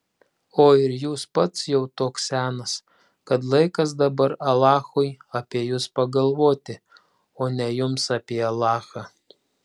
o ir jūs pats jau toks senas kad laikas dabar alachui apie jus pagalvoti o ne jums apie alachą